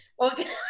Okay